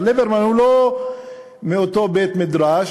אבל ליברמן הוא לא מאותו בית-מדרש,